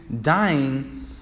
dying